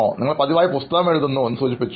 നിങ്ങൾ പതിവായി പുസ്തകമെഴുതുന്നു എന്ന് പറഞ്ഞു